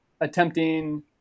attempting